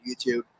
YouTube